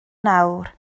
nawr